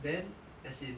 then as in